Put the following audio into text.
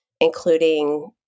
including